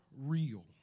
real